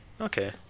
Okay